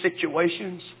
situations